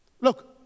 look